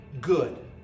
Good